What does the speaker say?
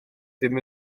ddim